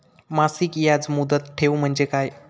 मासिक याज मुदत ठेव म्हणजे काय?